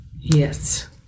Yes